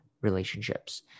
relationships